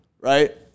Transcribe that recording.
right